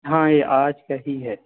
ہاں یہ آج کا ہی ہے